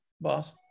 Boss